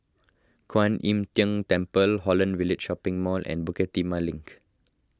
Kwan Im Tng Temple Holland Village Shopping Mall and Bukit Timah Link